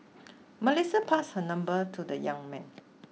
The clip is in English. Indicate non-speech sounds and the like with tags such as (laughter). (noise) Melissa passed her number to the young man